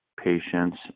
patients